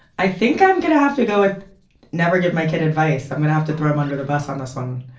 i think i'm going to have to go with never give my kid advice. i'm going to have to throw him under the bus on this one.